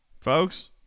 folks